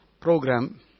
program